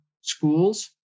schools